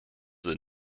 the